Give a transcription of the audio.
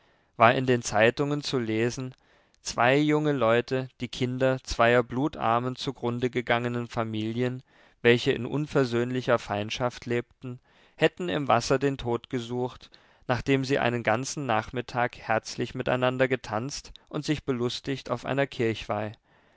war in den zeitungen zu lesen zwei junge leute die kinder zweier blutarmen zugrunde gegangenen familien welche in unversöhnlicher feindschaft lebten hätten im wasser den tod gesucht nachdem sie einen ganzen nachmittag herzlich miteinander getanzt und sich belustigt auf einer kirchweih